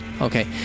Okay